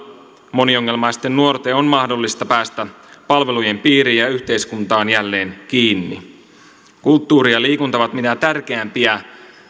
moniongelmaisten nuorten on mahdollista päästä palvelujen piiriin ja yhteiskuntaan jälleen kiinni kulttuuri ja liikunta ovat mitä tärkeimpiä